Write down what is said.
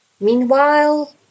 Meanwhile